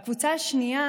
הקבוצה השנייה,